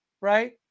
right